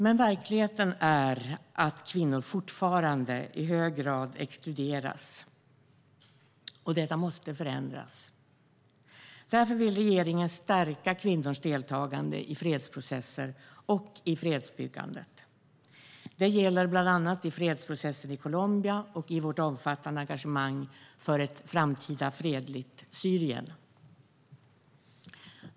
Men verkligheten är att kvinnor fortfarande i hög grad exkluderas. Detta måste förändras. Därför vill regeringen stärka kvinnors deltagande i fredsprocesser och fredsbyggande. Det gäller bland annat fredsprocessen i Colombia och vårt omfattande engagemang för ett framtida fredligt Syrien.